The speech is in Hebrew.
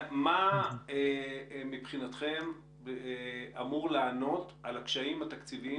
מה מבחינתכם אמור לענות על הקשיים התקציביים